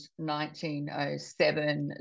1907